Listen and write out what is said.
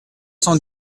cent